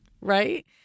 right